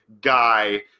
guy